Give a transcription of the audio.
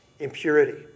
impurity